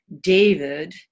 David